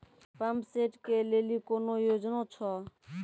Pump set केलेली कोनो योजना छ?